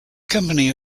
company